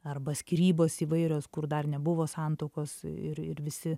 arba skyrybos įvairios kur dar nebuvo santuokos ir ir visi